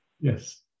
Yes